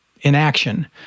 inaction